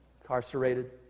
incarcerated